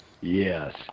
Yes